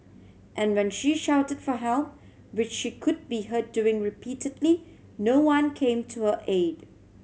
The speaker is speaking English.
and when she shouted for help which she could be heard doing repeatedly no one came to her aid